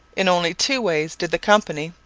in only two ways did the company,